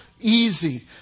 easy